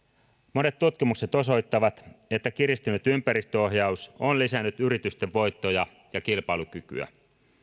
monet tutkimukset osoittavat että kiristynyt ympäristöohjaus on lisännyt yritysten voittoja ja kilpailukykyä